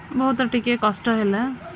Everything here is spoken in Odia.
ବହୁତ ଟିକିଏ କଷ୍ଟ ହେଲା